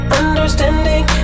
understanding